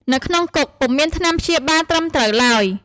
នៅក្នុងគុកពុំមានថ្នាំព្យាបាលត្រឹមត្រូវឡើយ។